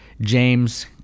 James